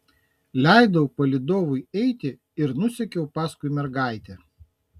leidau palydovui eiti ir nusekiau paskui mergaitę